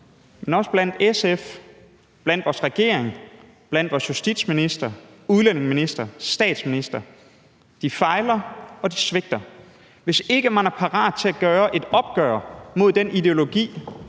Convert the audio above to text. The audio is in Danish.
men også i SF og i vores regering; det gælder vores justitsminister, udlændingeminister og statsminister. De fejler, og de svigter. Hvis ikke man er parat til at tage et opgør med den ideologi,